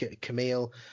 Camille